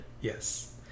Yes